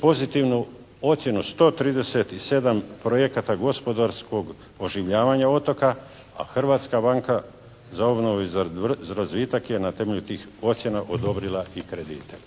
pozitivnu ocjenu. 137 projekata gospodarskog oživljavanja otoka a Hrvatska banka za obnovu i razvitak je na temelju tih ocjena odobrila i kredite.